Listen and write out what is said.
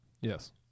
Yes